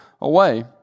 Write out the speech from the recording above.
away